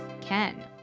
Ken